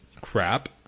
crap